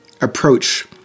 approach